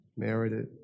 Merited